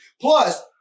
Plus